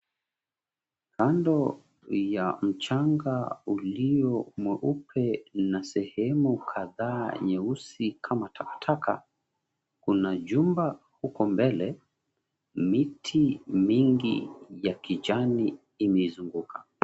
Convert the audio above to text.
Kando ya mchanga ulio mweupe na sehemu kadhaa nyeusi kama takataka kuna jumba huko mbele. Miti mingi ya kijani imezunguka.